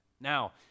Now